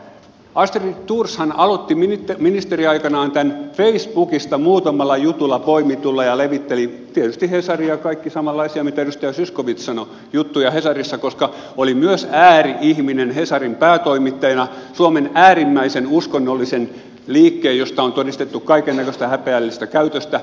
astrid thorshan aloitti ministeriaikanaan tämän muutamalla facebookista poimitulla jutulla ja tietysti hesari ja kaikki levittelivät samanlaisia mitä edustaja zyskowicz sanoi juttuja hesarissa koska oli myös ääri ihminen hesarin päätoimittajana suomen äärimmäisen uskonnollisen liikkeen josta on todistettu kaiken näköistä häpeällistä käytöstä